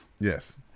yes